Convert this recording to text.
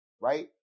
right